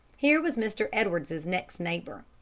here was mr. edwards's next neighbor.